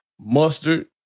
Mustard